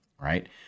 right